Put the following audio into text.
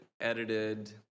edited